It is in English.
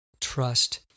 trust